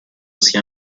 sia